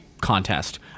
contest